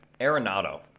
arenado